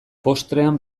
postrean